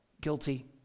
guilty